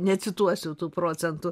necituosiu tų procentų